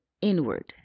inward